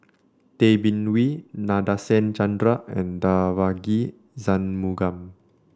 Tay Bin Wee Nadasen Chandra and Devagi Sanmugam